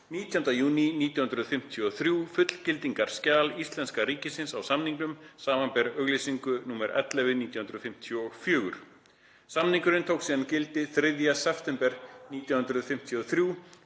19. júní 1953 fullgildingarskjal íslenska ríkisins á samningnum, sbr. auglýsingu nr. 11/1954. Samningurinn tók síðan gildi 3. september 1953